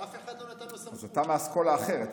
אז אתה מאסכולה אחרת.